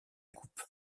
coupe